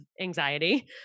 anxiety